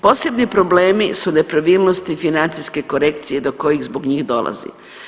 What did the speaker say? Posebni problemi su nepravilnosti financijske korekcije do kojih zbog njih dolazi.